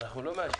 אנחנו לא מאשרים.